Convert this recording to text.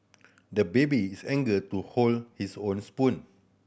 the baby is anger to hold his own spoon